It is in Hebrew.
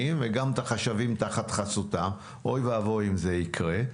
וגם את החשבים תחת חסותם (אוי ואבוי אם זה יקרה),